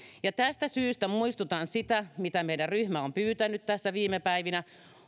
tästä syystä muistutan siitä mitä meidän ryhmä on pyytänyt tässä viime päivinä